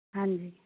ਹਾਂਜੀ